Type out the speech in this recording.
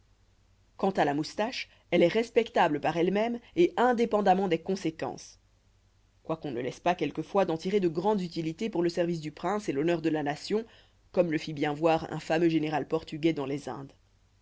quant à la moustache elle est respectable par elle-même et indépendamment des conséquences quoiqu'on ne laisse pas quelquefois d'en tirer de grandes utilités pour le service du prince et l'honneur de la nation comme le fit bien voir un fameux général portugais dans les indes